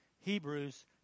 Hebrews